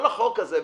כל הצעת החוק הזאת,